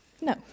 No